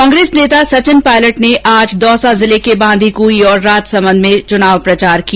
कांग्रेस नेता सचिन पायलट ने आज दौसा जिले के बांदीकुई तथा राजसमंद में चुनाव प्रचार किया